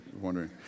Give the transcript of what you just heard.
wondering